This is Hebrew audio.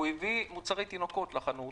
הוא הביא מוצרי תינוקות לחנות,